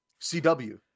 CW